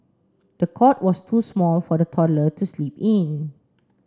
the cot was too small for the toddler to sleep in